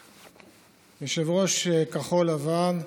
יושב-ראש כחול לבן,